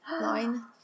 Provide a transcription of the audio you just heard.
line